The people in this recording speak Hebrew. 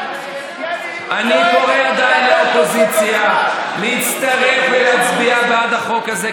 אני עדיין קורא לאופוזיציה להצטרף ולהצביע בעד החוק הזה,